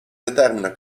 determina